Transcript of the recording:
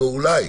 לא אולי,